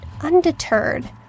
undeterred